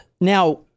Now